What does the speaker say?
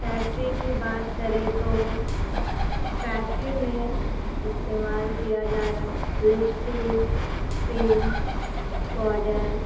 factory کی بات کرے تو فیکٹری میں استعمال کیا جا رہا ہے لپٹک کریم پاؤڈر